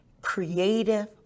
creative